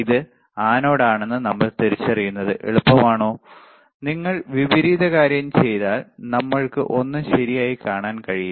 ഇത് ആനോഡ് ആണെന്ന് നമ്മൾ തിരിച്ചറിയുന്നത് എളുപ്പമാണോ നിങ്ങൾ വിപരീത കാര്യം ചെയ്താൽ നമ്മൾക്ക് ഒന്നും ശരിയായി കാണാൻ കഴിയില്ല